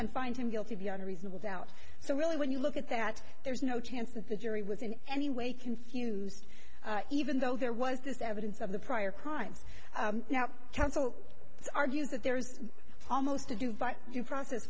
and find him guilty beyond a reasonable doubt so really when you look at that there's no chance that the jury was in any way confused even though there was this evidence of the prior crimes now so argues that there's almost a due by due process